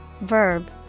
verb